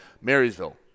Marysville